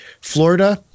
Florida